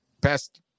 best